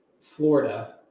Florida